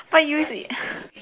but use it